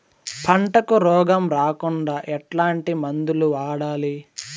పంటకు రోగం రాకుండా ఎట్లాంటి మందులు వాడాలి?